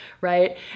Right